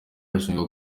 ashinjwa